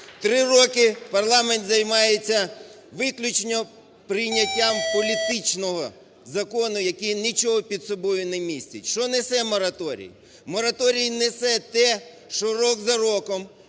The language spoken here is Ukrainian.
Три роки парламент займається виключно прийняттям політичного закону, який нічого під собою не містить. Що несе мораторій? Мораторій несе те, що рік за роком